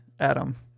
adam